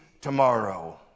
tomorrow